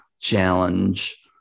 challenge